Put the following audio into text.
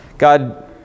God